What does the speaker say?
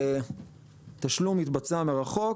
תשלום התבצע מרחוק,